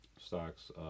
stocks